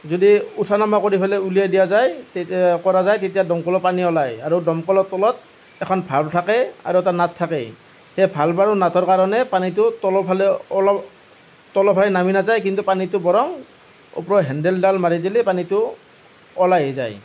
যদি উঠা নমা কৰি পেলাই উলিয়াই দিয়া যায় তেতিয়া দমকলৰ পানী ওলায় দমকলৰ তলত এখন ভাল্ভ থাকে আৰু এটা নাট থাকে আৰু এই ভাল্ভ আৰু নাটৰ কাৰণেই পানীটো ওপৰৰ ফালে অলপ তলৰ ফালে নামি নাযায় কিন্তু পানীটো বৰং ওপৰৰ হেন্দেলদাল মাৰি দিলেই পানীটো ওলাই যায়